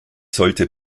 sollte